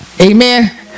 Amen